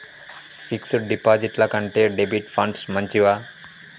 Fix డ్ డిపాజిట్ల కంటే డెబిట్ ఫండ్స్ మంచివా?